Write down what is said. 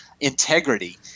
integrity